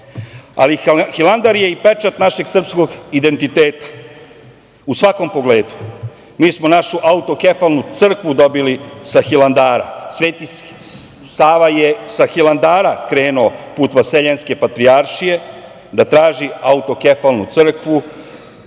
Ali, Hilandar je i pečat našeg srpskog identiteta u svakom pogledu. Mi smo našu autokefalnu crkvu dobili sa Hilandara. Sveti Sava je sa Hilandara krenuo put Vaseljenske patrijaršije, da traži autokefalnu crkvu